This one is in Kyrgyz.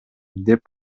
деп